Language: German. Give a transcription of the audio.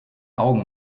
augen